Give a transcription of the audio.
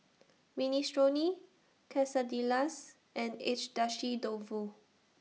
Minestrone Quesadillas and Agedashi Dofu